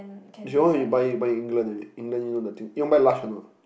if you want you buy you buy England already England you know the thing you want to buy Lush or not